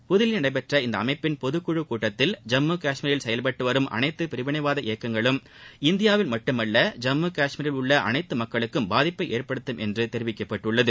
புதுதில்லியில் நடைபெற்ற இந்த அமைப்பின் பொதுக்குழு கூட்டத்தில் ஜம்மு கஷ்மீரில் செயல்பட்டு வரும் அனைத்து பிரிவினைவாத இயக்கங்களும் இந்தியாவில் மட்டுமல்ல ஜம்மு கஷ்மீரில் உள்ள அனைத்து மக்களுக்கும் பாதிப்பை ஏற்படுத்தும் என்றும் தெரிவிக்கப்பட்டுள்ளது